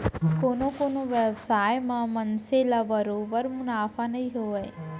कोनो कोनो बेवसाय म मनसे ल बरोबर मुनाफा नइ होवय